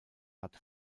hat